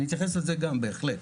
אני אתייחס לזה גם, בהחלט.